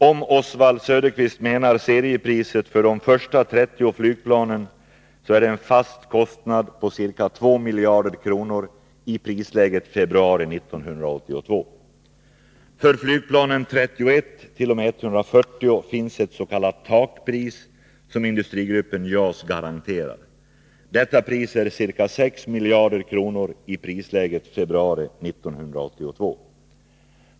Om Oswald Söderqvist menar seriepriset för de första 30 flygplanen är det en fast kostnad om ca 2 miljarder kronor i prisläget februari 1982. För flygplanen 31-140 finns ett s.k. takpris som Industrigruppen JAS garanterar. Detta pris är ca 6 miljarder kronor i prisläget februari 1982.